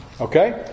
Okay